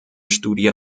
studie